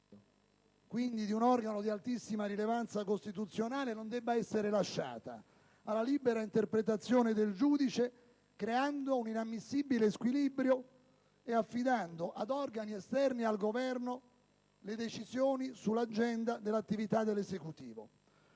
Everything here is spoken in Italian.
quindi di un organo di altissima rilevanza costituzionale, non debba essere lasciata alla libera interpretazione del giudice creando un inammissibile squilibrio e affidando ad organi esterni al Governo le decisioni sull'agenda dell'attività dell'Esecutivo.